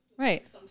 Right